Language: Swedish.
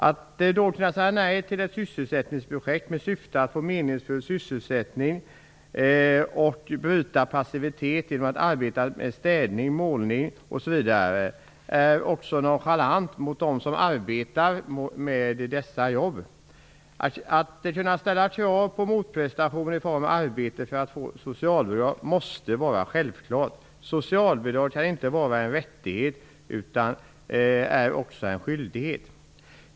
Att säga nej till ett sysselsättningsprojekt med syfte att skapa meningsfull sysselsättning och bryta passivitet genom arbete med städning, målning osv. är också nonchalant mot dem som arbetar med dessa jobb. Det måste vara självklart att man kan ställa krav på en motprestation i form av arbete för att en person skall få socialbidrag. Socialbidrag kan inte vara en rättighet, utan det måste innebära en skyldighet.